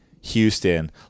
Houston